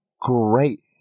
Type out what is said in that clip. great